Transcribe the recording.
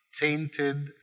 tainted